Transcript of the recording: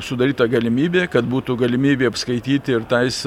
sudaryta galimybė kad būtų galimybė apskaityti ir tais